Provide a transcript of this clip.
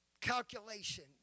calculation